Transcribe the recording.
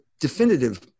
definitive